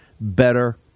better